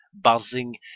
buzzing